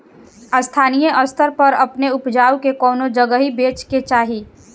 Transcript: स्थानीय स्तर पर अपने ऊपज के कवने जगही बेचे के चाही?